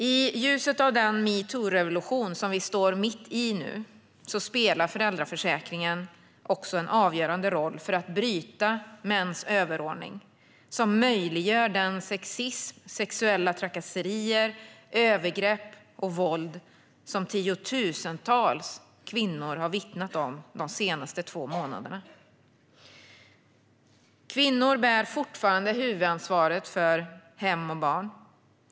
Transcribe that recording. I ljuset av den metoo-revolution vi nu står mitt i spelar föräldraförsäkringen också en avgörande roll för att bryta mäns överordning, som möjliggör den sexism, de sexuella trakasserier, de övergrepp och det våld som tiotusentals kvinnor vittnat om de senaste två månaderna. Kvinnor bär fortfarande huvudansvaret för hem och barn.